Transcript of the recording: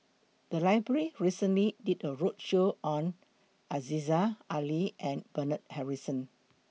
The Library recently did A roadshow on Aziza Ali and Bernard Harrison